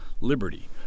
liberty